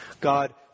God